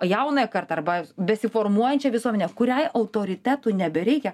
jaunąją kartą arba besiformuojančią visuomenę kuriai autoritetų nebereikia